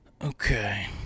okay